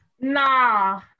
Nah